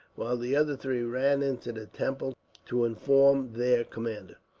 while the other three ran into the temple to inform their commander.